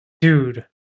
dude